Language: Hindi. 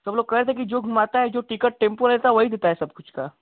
सब लोग कह रहे थे जो घूमाता हे जो टिकट टेम्पो वही देता हे सबकुछ का